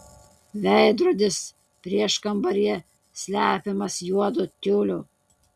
veidrodis prieškambaryje slepiamas juodu tiuliu